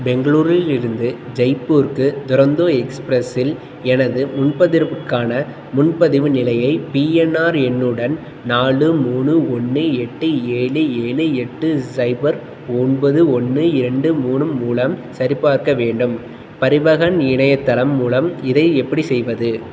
பெங்களூரிலிருந்து ஜெய்ப்பூர்க்கு துரந்தோ எக்ஸ்பிரஸ் இல் எனது முன்பதிவுக்கான முன்பதிவு நிலையை பிஎன்ஆர் எண்ணுடன் நாலு மூணு ஒன்று எட்டு ஏலு ஏலு எட்டு சைபர் ஒன்பது ஒன்று ரெண்டு மூணு மூலம் சரிபார்க்க வேண்டும் பரிவஹன் இணையதளம் மூலம் இதை எப்படி செய்வது